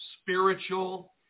spiritual